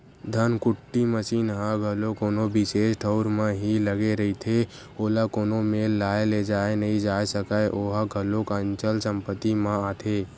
धनकुट्टी मसीन ह घलो कोनो बिसेस ठउर म ही लगे रहिथे, ओला कोनो मेर लाय लेजाय नइ जाय सकय ओहा घलोक अंचल संपत्ति म आथे